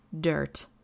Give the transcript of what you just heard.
Dirt